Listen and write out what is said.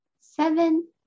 seven